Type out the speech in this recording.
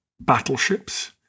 battleships